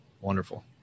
wonderful